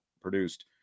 produced